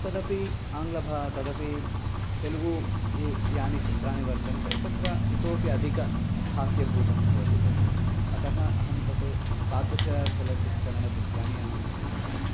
तदपि आङ्ग्लभाषा तदपि तेलुगु ये यानि चित्राणि वर्तन्ते तत्र इतोऽपि अधिकं हास्यभूतं भवति तत् अतः अहं तत् तादृशं चलचित्रं चलनचित्राणि अहं बहु इच्छामि